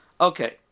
Okay